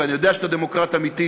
ואני יודע שאתה דמוקרט אמיתי,